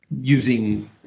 using